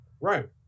Right